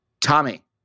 Tommy